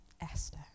Esther